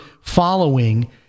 following